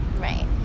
Right